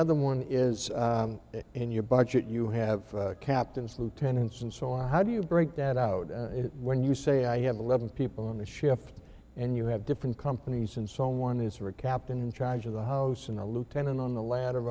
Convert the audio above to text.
other one is that in your budget you have captains lieutenants and so on how do you break that out when you say i have eleven people on the shift and you have different companies and so on one is for a captain in charge of the house and a lieutenant on the ladder